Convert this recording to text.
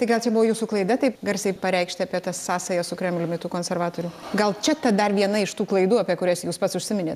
tai gal čia buvo jūsų klaida taip garsiai pareikšti apie tas sąsajas su kremliumi tų konservatorių gal čia ta dar viena iš tų klaidų apie kurias jūs pats užsiminėt